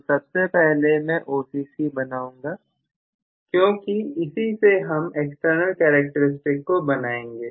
तो सबसे पहले मैं OCC बना था क्योंकि इसी से ही हम एक्सटर्नल कैरेक्टरिस्टिक को बनाएंगे